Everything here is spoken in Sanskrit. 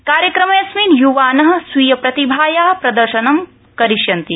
कार्यक्रमेऽस्मिन् युवान स्वीय प्रतिभाया प्रदर्शनं करिष्यन्ति